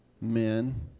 Men